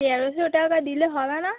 তেরোশো টাকা দিলে হবে না